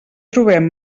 trobem